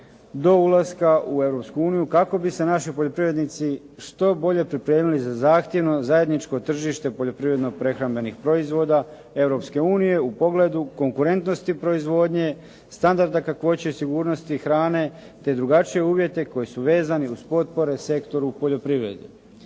u Europsku uniju kako bi se naši poljoprivrednici što bolje pripremili za zahtjevno zajedničko tržište poljoprivredno-prehrambenih proizvoda Europske unije u pogledu konkurentnosti proizvodnje, standarda kakvoće i sigurnosti hrane te drugačije uvjete koji su vezani uz potpore sektoru u poljoprivredi.